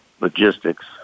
logistics